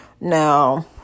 Now